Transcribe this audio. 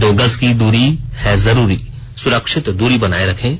दो गज की दूरी है जरूरी सुरक्षित दूरी बनाए रखें